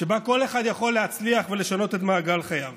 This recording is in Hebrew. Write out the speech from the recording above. שבה כל אחד יכול להצליח ולשנות את מעגל חייו.